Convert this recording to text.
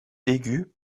aigu